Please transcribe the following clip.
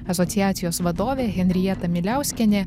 asociacijos vadovė henrieta miliauskienė